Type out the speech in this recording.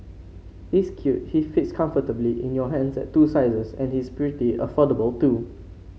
he's cute he fits comfortably in your hands at two sizes and he's pretty affordable too